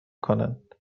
کنند